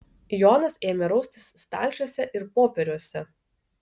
jonas ėmė raustis stalčiuose ir popieriuose